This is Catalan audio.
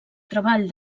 treball